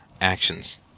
actions